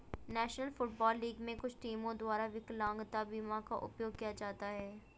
national football league में कुछ टीमों द्वारा विकलांगता बीमा का उपयोग किया जाता है